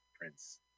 prince